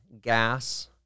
gas